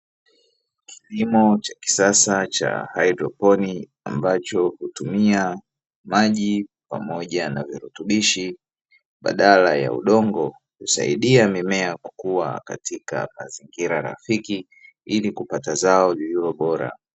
Kilimo cha kisasa cha haidroponi, ambacho hutumia maji pamoja na virutubishi badala ya udongo, husaidia mimea kukua katika mazingira rafiki ili kupata zao lililo bora.